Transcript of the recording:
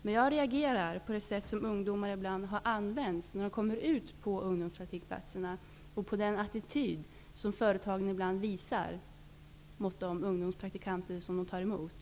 Men jag reagerar mot det sätt som ungdomar ibland har använts på när de kommit ut på ungdomspraktikplatserna och mot den attityd som företagen ibland visar de ungdomspraktikanter som de tar emot.